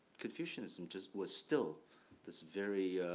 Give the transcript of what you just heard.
confucianism just was still this very